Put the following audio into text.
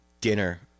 dinner